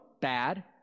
bad